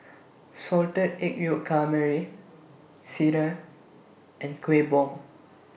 Salted Egg Yolk Calamari Sireh and Kuih Bom